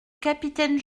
capitaine